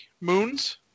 moons